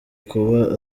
kuba